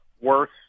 worse